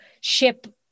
ship